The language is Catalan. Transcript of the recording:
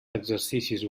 exercicis